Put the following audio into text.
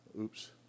oops